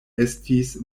estis